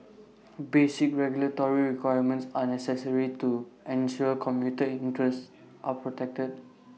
basic regulatory requirements are necessary to ensure commuter interests are protected